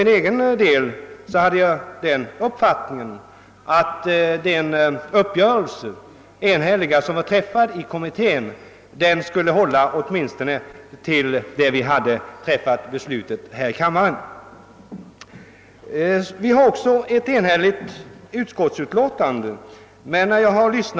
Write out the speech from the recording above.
För egen del hade jag den uppfattningen att den enhälliga uppgörelsen som var träffad i kommittén skulle hålla åtminstone tills vi fattat beslut här i riksdagen. Utskottsutlåtandet är som sagt enhälligt.